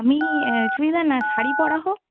আমি চুড়িদার না শাড়ি পরা হোক